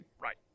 Right